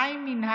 מה עם מינהל?